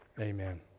amen